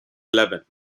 eleven